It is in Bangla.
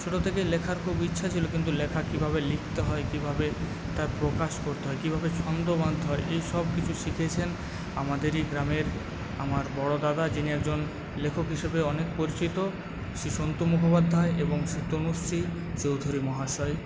ছোটো থেকেই লেখার খুব ইচ্ছা ছিলো কিন্তু লেখা কীভাবে লিখতে হয় কীভাবে তা প্রকাশ করতে হয় কীভাবে ছন্দ বাঁধতে হয় এইসব কিছু শিখিয়েছেন আমাদেরই গ্রামের আমার বড়োদাদা যিনি একজন লেখক হিসাবে অনেক পরিচিত শ্রী সন্তু মুখোপাধ্যায় এবং শ্রী তনুশ্রী চৌধুরী মহাশয়